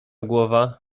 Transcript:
głowa